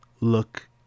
look